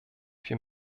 wir